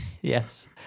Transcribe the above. Yes